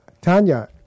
Tanya